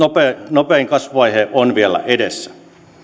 nopein kasvuvaihe on vielä edessä